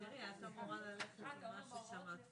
פרמדיקים מטפלים בבית החולה יום-יום כבר שלושים שנה במדינת